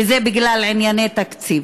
וזה בגלל ענייני תקציב.